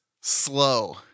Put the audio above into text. slow